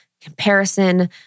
comparison